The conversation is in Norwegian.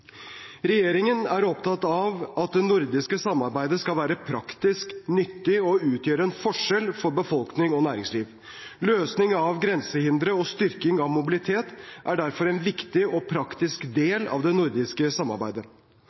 Regjeringen er opptatt av at det nordiske samarbeidet skal være praktisk, nyttig og utgjøre en forskjell for befolkning og næringsliv. Løsning av grensehindre og styrking av mobilitet er derfor en viktig og praktisk del av det nordiske samarbeidet.